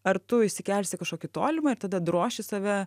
ar tu išsikelsi kažkokį tolimą ir tada droši save